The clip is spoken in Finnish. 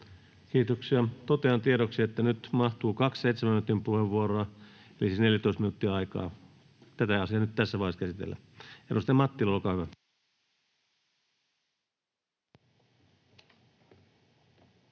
Kiitoksia. — Totean tiedoksi, että nyt mahtuu kaksi seitsemän minuutin puheenvuoroa, eli on 14 minuuttia aikaa tätä asiaa nyt tässä vaiheessa käsitellä. — Edustaja Mattila, olkaa hyvä.